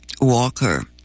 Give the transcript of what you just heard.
Walker